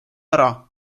ära